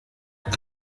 pour